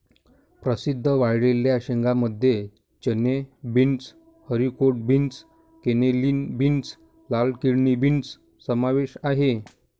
प्रसिद्ध वाळलेल्या शेंगांमध्ये चणे, beans, haricot beans, cannellini beans, लाल किडनी बीन्स समावेश आहे